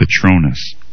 Patronus